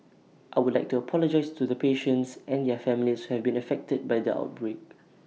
I would like to apologise to the patients and their families who have been affected by the outbreak